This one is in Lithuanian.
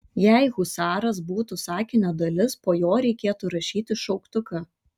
jei husaras būtų sakinio dalis po jo reikėtų rašyti šauktuką